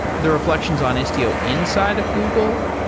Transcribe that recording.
the refl ections on istio inside of google.